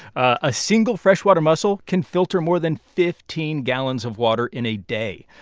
a single freshwater mussel can filter more than fifteen gallons of water in a day.